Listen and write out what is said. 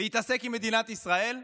להתעסק עם מדינת ישראל?